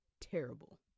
terrible